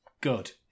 Good